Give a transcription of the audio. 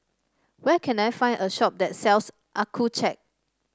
where can I find a shop that sells Accucheck